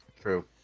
True